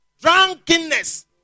Drunkenness